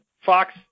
Fox